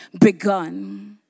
begun